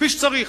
כפי שצריך.